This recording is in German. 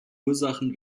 ursachen